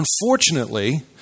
unfortunately